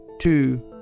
two